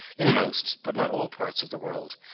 in most, but not all parts of the world,